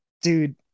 dude